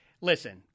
Listen